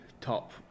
top